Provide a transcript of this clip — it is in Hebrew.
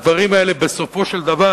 הדברים האלה יהיו בסופו של דבר,